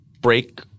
break